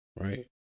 Right